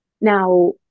Now